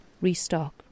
restock